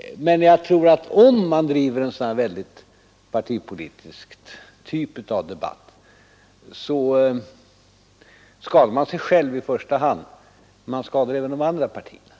Men om man för en debatt av utpräglat partipolitisk karaktär tror jag att man skadar sig själv i första hand men även de andra partierna.